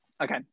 Okay